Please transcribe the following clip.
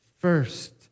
first